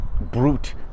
brute